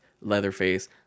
Leatherface